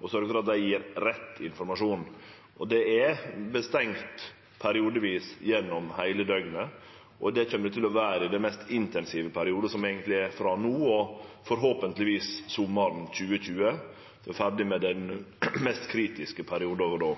å sørgje for at dei gjev rett informasjon. Det er stengt periodevis gjennom heile døgnet, og det kjem det til å vere i den mest intensive perioden, som eigentleg er frå no og forhåpentlegvis fram til sommaren 2020 – ein skal vere ferdig med den mest kritiske perioden då.